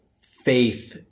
faith